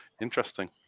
interesting